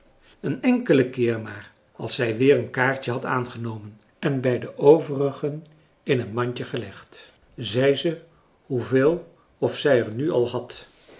een enkelen keer maar als zij weer een kaartje had aangenomen en bij de overigen in een mandje gelegd zei ze hoeveel of zij er nu al had